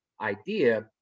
idea